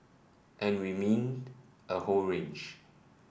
and we mean a whole range